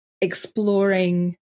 exploring